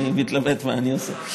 אני מתלבט מה אני עושה.